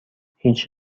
هیچ